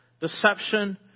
deception